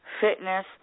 fitness